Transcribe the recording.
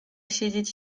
siedzieć